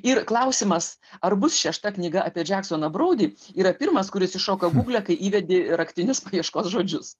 ir klausimas ar bus šešta knyga apie džeksoną broudį yra pirmas kuris iššoka gugle kai įvedi raktinius paieškos žodžius